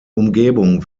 umgebung